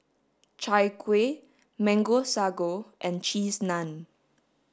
chai kueh mango sago and cheese naan